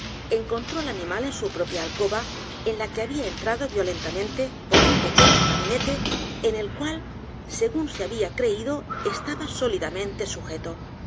encontró al animal en su propia alcoba en la que había entrado violentamente por u n pequeño gabinete en el cual según se había creído estaba sólidamente sujeto